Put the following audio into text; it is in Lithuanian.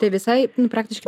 tai visai nu praktiškai